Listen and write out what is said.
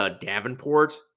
Davenport